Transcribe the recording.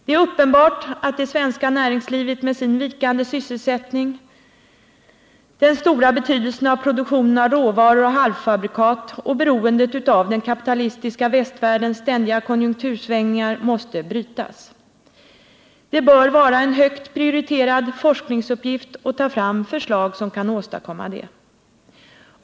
Det är uppenbart att i det svenska näringslivet med dess vikande sysselsättning måste den stora betydelsen av produktionen av råvaror och halvfabrikat och beroendet av den kapitalistiska västvärldens ständiga konjunktursvängningar brytas. Det bör vara en högt prioriterad forskningsuppgift att ta fram förslag som kan åstadkomma detta.